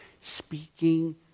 Speaking